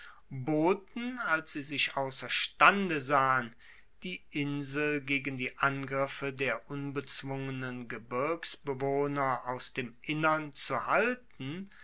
boten als sie sich ausserstande sahen die insel gegen die angriffe der unbezwungenen gebirgsbewohner aus dem innern zu halten